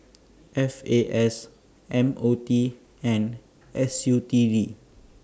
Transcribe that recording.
F A S M O T and S U T D